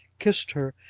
kissed her,